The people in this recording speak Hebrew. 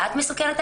את מסוכנת,